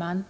Herr